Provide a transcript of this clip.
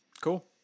Cool